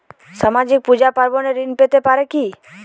সামাজিক পূজা পার্বণে ঋণ পেতে পারে কি?